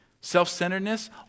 self-centeredness